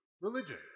religion